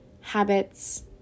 habits